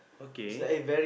okay